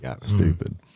stupid